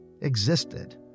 existed